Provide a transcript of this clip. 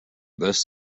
this